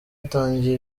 atangiye